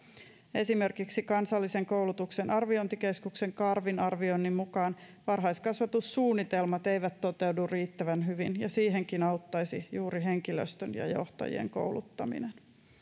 esimerkiksi kansallisen koulutuksen arviointikeskuksen karvin arvioinnin mukaan varhaiskasvatussuunnitelmat eivät toteudu riittävän hyvin ja siihenkin auttaisi juuri henkilöstön ja johtajien kouluttaminen